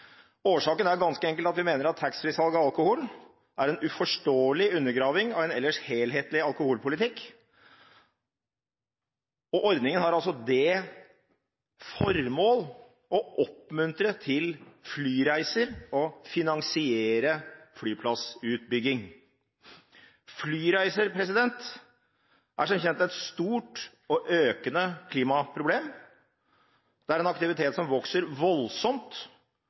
Årsaken er ganske enkelt at vi mener at taxfree-salg av alkohol er en uforståelig undergraving av en ellers helhetlig alkoholpolitikk, og ordningen har altså det formål å oppmuntre til flyreiser og finansiere flyplassutbygging. Flyreiser er som kjent et stort og økende klimaproblem. Det er en aktivitet som vokser voldsomt,